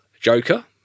Joker